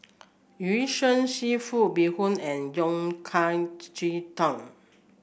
Yu Sheng seafood Bee Hoon and yong cai Ji Tang